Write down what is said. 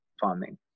farming